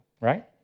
Right